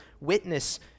witness